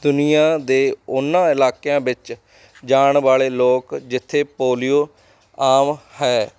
ਦੁਨੀਆ ਦੇ ਉਹਨਾਂ ਇਲਾਕਿਆਂ ਵਿੱਚ ਜਾਣ ਵਾਲੇ ਲੋਕ ਜਿੱਥੇ ਪੋਲੀਓ ਆਮ ਹੈ